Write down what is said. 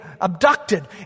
abducted